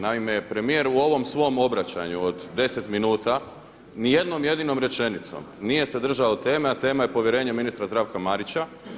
Naime, premijer u ovom svom obraćanju od 10 minuta ni jednom jedinom rečenicom nije se držao teme, a tema je povjerenje ministra Zdravka Marića.